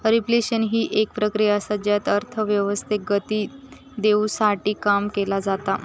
reflection हि एक प्रक्रिया असा ज्यात अर्थव्यवस्थेक गती देवसाठी काम केला जाता